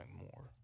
more